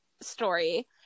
story